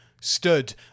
stood